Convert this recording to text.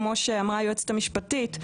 כמו שאמרה היועצת המשפטית,